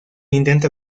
intenta